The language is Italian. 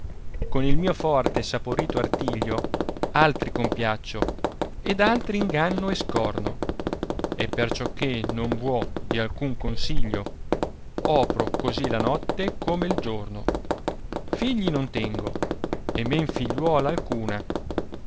con il mio forte e saporito artiglio altri compiaccio ed altri inganno e scorno e perciò che non vuò di alcun consiglio opro così la notte come il giorno figli non tengo e men figliuola alcuna